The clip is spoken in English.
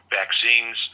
vaccines